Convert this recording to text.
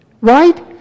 Right